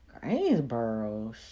Greensboro